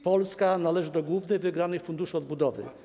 Polska należy do głównych wygranych Funduszu Odbudowy.